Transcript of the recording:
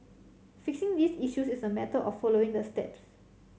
fixing these issues is a matter of following the steps